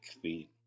Queen